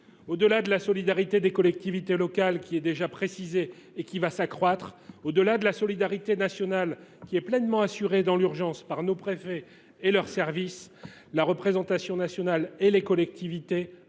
Au delà de la solidarité des collectivités locales, déjà précisée et qui va s’accroître, au delà de la solidarité nationale, pleinement assurée dans l’urgence par nos préfets et leurs services, la représentation nationale et les collectivités